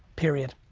period.